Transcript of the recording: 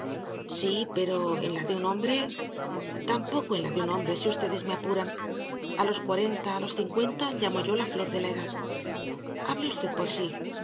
sí pero en la de un hombre tampoco en la de un hombre si vds me apuran a los cuarenta á los cincuenta llamo yo la flor de la edad hable v por sí